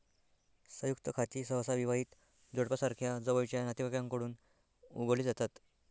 संयुक्त खाती सहसा विवाहित जोडप्यासारख्या जवळच्या नातेवाईकांकडून उघडली जातात